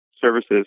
services